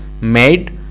made